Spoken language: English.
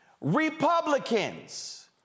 Republicans